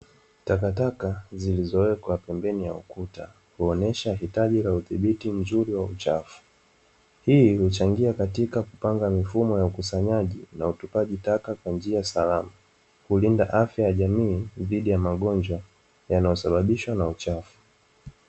Takataka zilizowekwa pembeni ya ukuta kuonesha hitaji la udhibiti mzuri wa uchafu, hii huchangia katika mifumo ya ukusanyaji na utupaji taka kwa njia salama kulinda afya ya jamii dhidi ya magonjwa yanayosababishwa na uchafu.